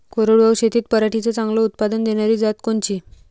कोरडवाहू शेतीत पराटीचं चांगलं उत्पादन देनारी जात कोनची?